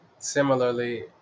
similarly